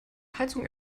heizung